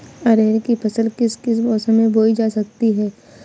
अरहर की फसल किस किस मौसम में बोई जा सकती है?